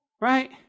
right